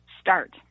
Start